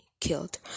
Killed